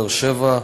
באר-שבע,